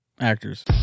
Actors